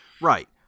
Right